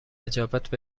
نجابت